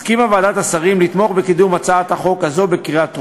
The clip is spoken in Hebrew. הסכימה ועדת השרים לתמוך בקידום הצעת החוק הזו בקריאה טרומית.